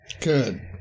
Good